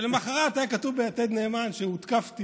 למוחרת היה כתוב ביתד נאמן שהותקפתי